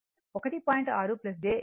6 j 7